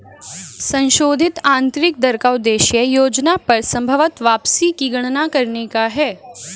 संशोधित आंतरिक दर का उद्देश्य योजना पर संभवत वापसी की गणना करने का है